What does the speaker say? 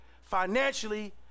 financially